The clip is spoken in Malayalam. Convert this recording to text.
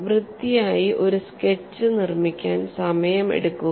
വൃത്തിയായി ഒരു സ്കെച്ച് നിർമ്മിക്കാൻ സമയമെടുക്കുക